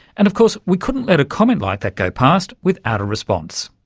and of course we couldn't let a comment like that go past without a response.